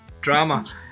drama